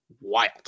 wild